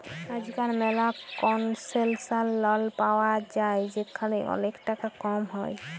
আজকাল ম্যালা কনসেশলাল লল পায়া যায় যেখালে ওলেক টাকা কম হ্যয়